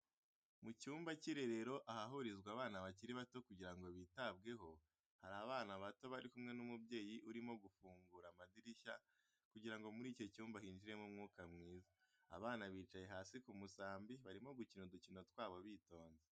Mu cyumba cy'irerero ahahurizwa abana bakiri bato kugira ngo bitabweho, hari abana bato bari kumwe n'umubyeyi urimo gufungura amadirishya kugira ngo muri icyo cyumba hinjiremo umwuka mwiza, abana bicaye hasi ku musambi barimo gukina udukino twabo bitonze.